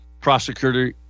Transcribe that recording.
prosecutor